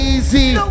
Easy